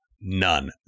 None